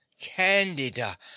Candida